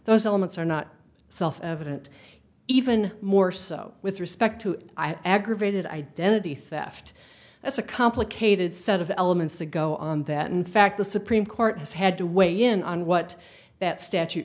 those elements are not self evident even more so with respect to i graduated identity theft that's a complicated set of elements to go on that in fact the supreme court has had to weigh in on what that statu